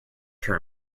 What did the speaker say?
her